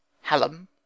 Hallam